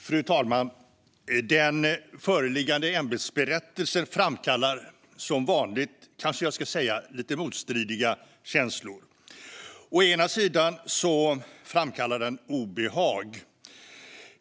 Fru talman! Den föreliggande ämbetsberättelsen framkallar - som vanligt kanske jag ska säga - lite motstridiga känslor. Å ena sidan framkallar den obehag.